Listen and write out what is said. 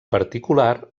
particular